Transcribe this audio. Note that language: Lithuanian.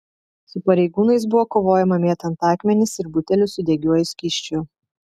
su pareigūnais buvo kovojama mėtant akmenis ir butelius su degiuoju skysčiu